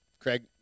Craig